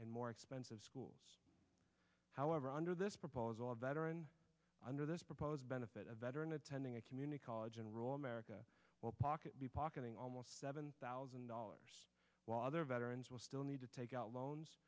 and more expensive schools however under this proposal a veteran under this proposed benefit a veteran attending a community college enroll merica will pocket be pocketing almost seven thousand dollars while other veterans will still need to take out loans